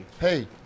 Hey